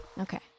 Okay